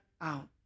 out